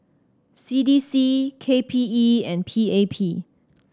C D C K P E and P A P